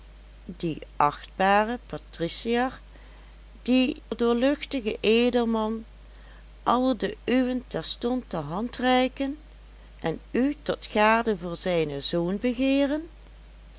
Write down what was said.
die achtbare patriciër die doorluchtige edelman al de uwen terstond de hand reiken en u tot gade voor zijnen zoon begeeren